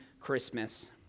Christmas